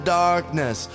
darkness